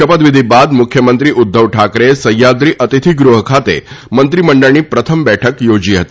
શપથવિધિ બાદ મુખ્યમંત્રી ઉધ્ધવ ઠાકરેએ સહયાદ્રી અતિથીગૃહ ખાતે મંત્રીમંડળની પ્રથમ બેઠક યોજી હતી